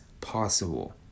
possible